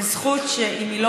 כזכות שאם היא לא